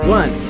one